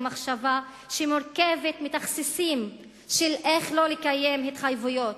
המחשבה שמורכבת מתכסיסים של איך לא לקיים התחייבויות,